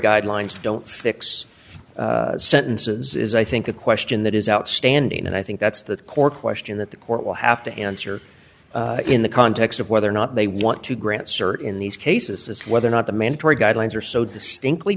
guidelines don't fix sentences is i think a question that is outstanding and i think that's the core question that the court will have to answer in the context of whether or not they want to grant cert in these cases whether or not the mandatory guidelines are so distinctly